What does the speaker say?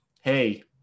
hey